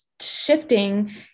shifting